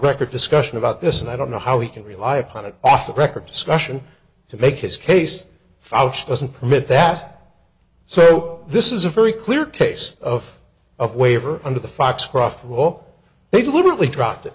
record discussion about this and i don't know how he can rely upon it off the record discussion to make his case faust doesn't permit that so this is a very clear case of of waiver under the foxcroft of all they deliberately dropped it